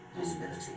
possibility